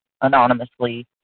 anonymously